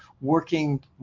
working